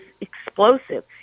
explosive